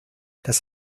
das